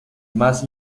más